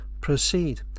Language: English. proceed